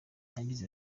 yagize